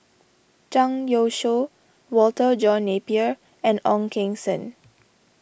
Zhang Youshuo Walter John Napier and Ong Keng Sen